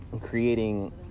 creating